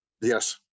Yes